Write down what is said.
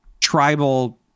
tribal